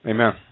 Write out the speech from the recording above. Amen